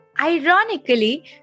ironically